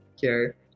care